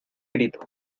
grito